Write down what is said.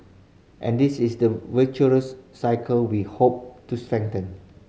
and this is the virtuous cycle we hope to strengthen